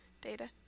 Data